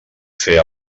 fer